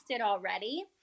already